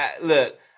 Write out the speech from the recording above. look